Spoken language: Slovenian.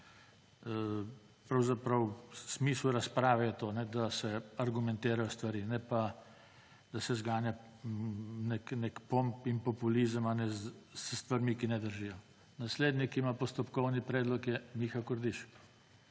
Pravzaprav smisel razprave je to, da se argumentira stvari, ne pa da se zganja nek pomp in populizem s stvarmi, ki ne držijo. Naslednji, ki ima postopkovni predlog, je Miha Kordiš.